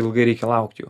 ilgai reikia laukt jų